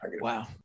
Wow